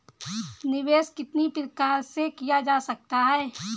निवेश कितनी प्रकार से किया जा सकता है?